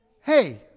hey